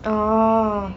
oh